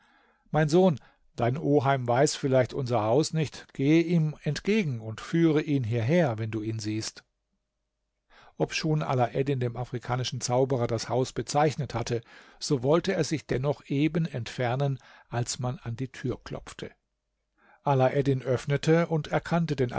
mein sohn dein oheim weiß vielleicht unser haus nicht gehe ihm entgegen und führe ihn hierher wenn du ihn siehst obschon alaeddin dem afrikanischen zauberer das haus bezeichnet hatte so wollte er sich dennoch eben entfernen als man an die tür klopfte alaeddin öffnete und erkannte den